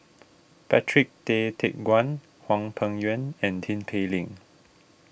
Patrick Tay Teck Guan Hwang Peng Yuan and Tin Pei Ling